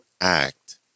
act